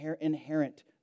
inherent